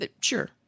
Sure